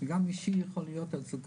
גם אישי יכול להיות על כל